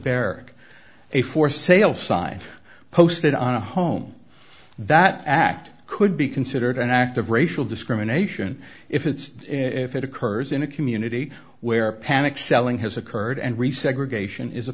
barrack a for sale sign posted on a home that act could be considered an act of racial discrimination if it's if it occurs in a community where panic selling has occurred and resegregation is a